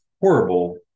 horrible